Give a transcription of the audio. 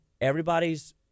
everybody's